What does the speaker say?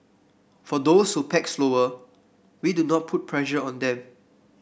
for those who pack slower we do not put pressure on them